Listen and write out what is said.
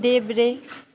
देब्रे